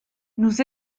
nous